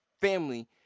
family